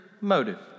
motive